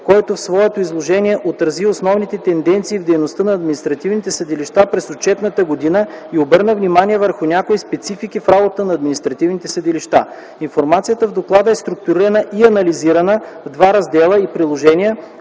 който в своето изложение отрази основните тенденции в дейността на административните съдилища през отчетната година и обърна внимание върху някои специфики в работата на административните съдилища. Информацията в доклада е структурирана и анализирана в два раздела и приложения,